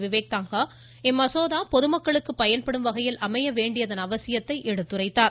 விவேக் தாங்க்கா இம்மசோதா பொதுமக்களுக்கு பயன்படும் வகையில் அமைய வேண்டியதன் அவசியத்தை எடுத்துரைத்தார்